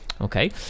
Okay